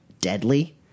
deadly